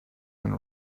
been